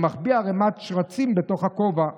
שמחביא ערימת שרצים בתוך הכובע.